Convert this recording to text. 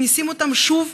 מכניסים אותם שוב,